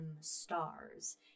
stars